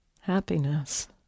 happiness